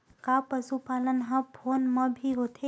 का पशुपालन ह फोन म भी होथे?